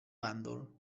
bàndol